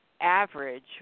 Average